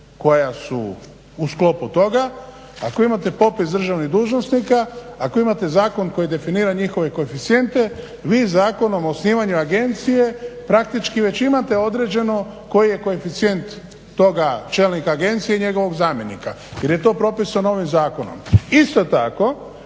koja su u sklopu toga, ako imate popis državnih dužnosnika, ako imate zakon koji definira njihove koeficijente vi zakonom o osnivanju agencije praktički već imate određeno koji je koeficijent toga čelnika agencije i njegovog zamjenika jer je to propisano ovim zakonom. Isto tako